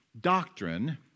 doctrine